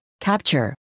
capture